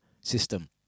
system